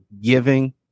giving